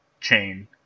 chain